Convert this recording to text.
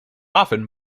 often